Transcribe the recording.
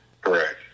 Correct